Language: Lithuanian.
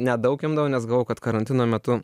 nedaug imdavau nes galvojau kad karantino metu